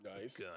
Nice